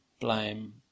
blame